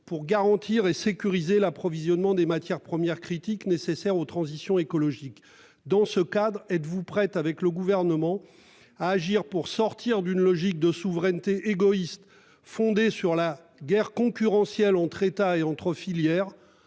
pour garantir et sécuriser l'approvisionnement des matières premières critiques nécessaires au transition écologique. Dans ce cadre, êtes-vous prête avec le gouvernement à agir pour sortir d'une logique de souveraineté égoïste fondée sur la guerre concurrentielle entre États et entre filières